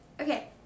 okay